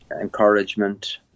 encouragement